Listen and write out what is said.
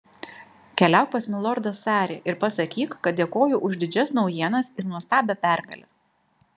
keliauk pas milordą sarį ir pasakyk kad dėkoju už didžias naujienas ir nuostabią pergalę